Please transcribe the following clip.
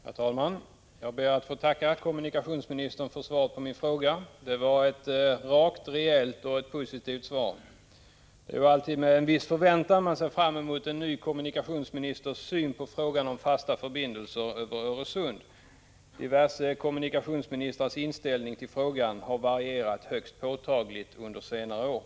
Herr talman! Jag ber att få tacka kommunikationsministern för svaret på min fråga. Det var ett rakt, rejält och positivt svar. Det är ju alltid med en viss förväntan man ser fram emot att få veta en ny kommunikationsministers syn på frågan om fasta förbindelser över Öresund. Diverse kommunikationsministrars inställning till den frågan har varierat högst påtagligt under senare år. Prot.